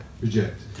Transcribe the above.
Reject